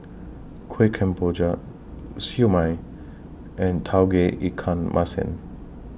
Kuih Kemboja Siew Mai and Tauge Ikan Masin